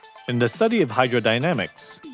and the study of hydrodynamics.